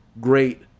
great